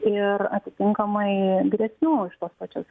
ir atitinkamai didesnių tos pačios